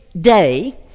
day